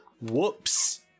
Whoops